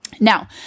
Now